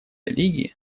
лиги